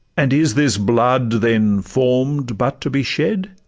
and is this blood, then, form'd but to be shed?